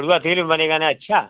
कड़वा तेल में ना बनेगा अच्छा